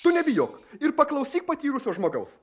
tu nebijok ir paklausyk patyrusio žmogaus